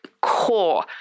core